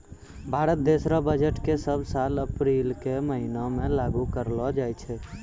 भारत देश रो बजट के सब साल अप्रील के महीना मे लागू करलो जाय छै